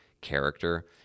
character